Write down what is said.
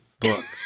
books